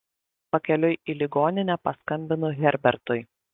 pakeliui į ligoninę paskambinu herbertui